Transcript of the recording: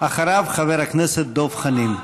אחריו, חבר הכנסת דב חנין.